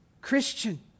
Christian